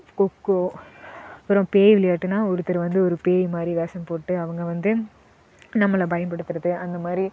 கொக்கோ அப்புறம் பேய் விளையாட்டுனா ஒருத்தர் வந்து ஒரு பேய் மாதிரி வேஷம் போட்டு அவங்க வந்து நம்மளை பயமுறுத்துவது அந்த மாதிரி